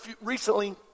Recently